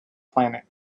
planet